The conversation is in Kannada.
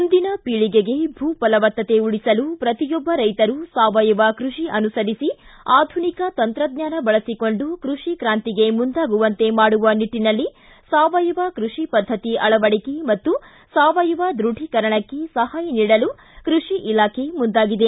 ಮುಂದಿನ ಪೀಳಿಗೆಗೆ ಭೂ ಫಲವತ್ತತೆ ಉಳಿಸಲು ಪ್ರತಿಯೊಬ್ಬ ರೈತರು ಸಾವಯವ ಕೃಷಿ ಅನುಸರಿಸಿ ಆಧುನಿಕ ತಂತ್ರಜ್ಞಾನ ಬಳಸಿಕೊಂಡು ಕೃಷಿ ಕ್ರಾಂತಿಗೆ ಮುಂದಾಗುವಂತೆ ಮಾಡುವ ನಿಟ್ಟನಲ್ಲಿ ಸಾವಯವ ಕೃಷಿ ಪದ್ದತಿ ಅಳವಡಿಕೆ ಮತ್ತು ಸಾವಯವ ದೃಢೀಕರಣಕ್ಕೆ ಸಹಾಯ ನೀಡಲು ಕೃಷಿ ಇಲಾಖೆ ಮುಂದಾಗಿದೆ